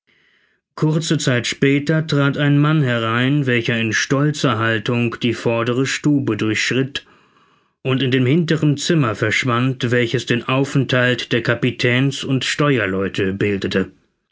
kurze zeit später trat ein mann herein welcher in stolzer haltung die vordere stube durchschritt und in dem hinteren zimmer verschwand welches den aufenthalt der kapitäns und steuerleute bildete